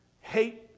hate